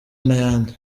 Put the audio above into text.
n’ayandi